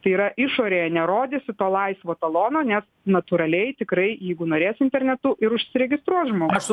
tai yra išorėje nerodysi to laisvo talono nes natūraliai tikrai jeigu norės internetu ir užsiregistruos žmogus